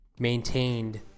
maintained